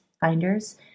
Finders